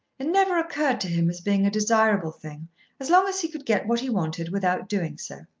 it never occurred to him as being a desirable thing as long as he could get what he wanted without doing so.